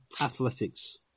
athletics